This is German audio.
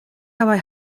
dabei